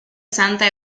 santa